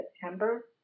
September